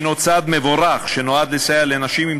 שהוא צעד מבורך שנועד לסייע לנשים עם